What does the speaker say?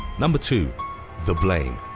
number two the blame